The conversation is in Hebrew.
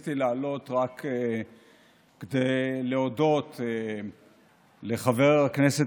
רציתי לעלות רק כדי להודות לחבר הכנסת